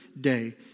day